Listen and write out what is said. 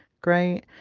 great